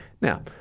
Now